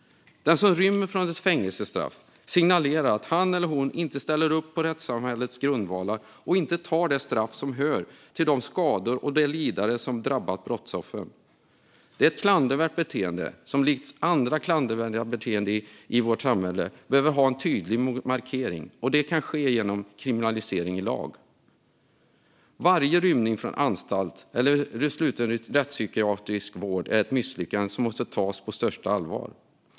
Den som rymmer från ett fängelsestraff signalerar att han eller hon inte ställer upp på rättssamhällets grundvalar och inte tar det straff som hör till de skador och det lidande som drabbat brottsoffren. Det är ett klandervärt beteende som vi bör markera tydligt mot, precis som andra klandervärda beteenden i vårt samhälle, och det kan ske genom kriminalisering i lag. Varje rymning från anstalt eller sluten rättspsykiatrisk vård är ett misslyckande som måste tas på största allvar.